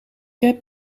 heb